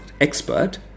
expert